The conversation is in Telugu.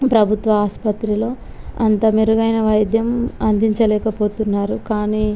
ప్రభుత్వ ఆస్పత్రులో అంత మెరుగైన వైద్యం అందించలేక పోతున్నారు కానీ